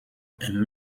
and